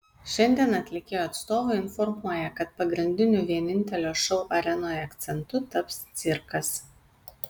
šiandien atlikėjo atstovai informuoja kad pagrindiniu vienintelio šou arenoje akcentu taps cirkas